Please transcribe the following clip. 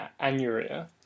anuria